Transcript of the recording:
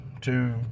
two